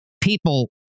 people